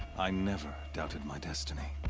i never. doubted my destiny.